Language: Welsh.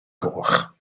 goch